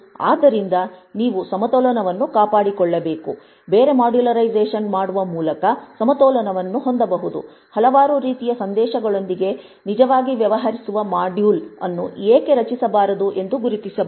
ಆದ್ದರಿಂದ ನೀವು ಸಮತೋಲನವನ್ನು ಕಾಪಾಡಿಕೊಳ್ಳಬೇಕು ಬೇರೆ ಮಾಡ್ಯುಲರೈಸೇಶನ್ ಮಾಡುವ ಮೂಲಕ ಸಮತೋಲನವನ್ನು ಹೊಂದಬಹುದು ಹಲವಾರು ರೀತಿಯ ಸಂದೇಶಗಳೊಂದಿಗೆ ನಿಜವಾಗಿ ವ್ಯವಹರಿಸುವ ಮಾಡ್ಯೂಲ್ ಅನ್ನು ಏಕೆ ರಚಿಸಬಾರದು ಎಂದು ಗುರುತಿಸಬಹುದು